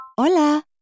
Hola